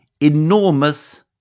enormous